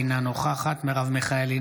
אינה נוכחת מרב מיכאלי,